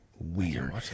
Weird